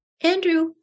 Andrew